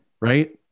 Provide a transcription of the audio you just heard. Right